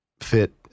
fit